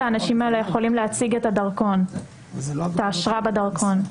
האנשים האלה יכולים להציג את האשרה בדרכון.